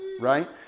right